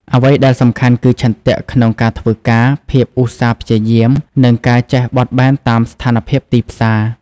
អ្វីដែលសំខាន់គឺឆន្ទៈក្នុងការធ្វើការ ភាពឧស្សាហ៍ព្យាយាម និងការចេះបត់បែនតាមស្ថានភាពទីផ្សារ។